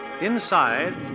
Inside